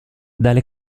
dalle